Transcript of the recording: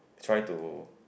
try to